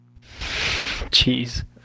Jeez